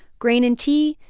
grain and tea,